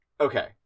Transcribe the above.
okay